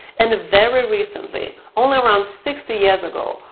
and very recently, only around sixty years ago,